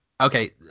Okay